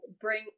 bring